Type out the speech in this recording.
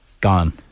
Gone